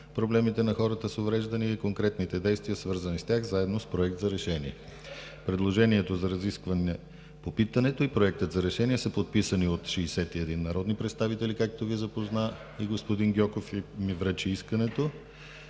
проблемите на хората с увреждания и конкретните действия, свързани с тях, заедно с проект за решение. Предложението за разискване по питането и Проектът за решение са подписани от 61 народни представители, както Ви запозна и господин Гьоков и ми връчи искането,